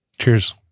Cheers